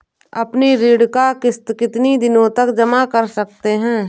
अपनी ऋण का किश्त कितनी दिनों तक जमा कर सकते हैं?